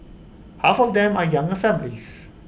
half of them are younger families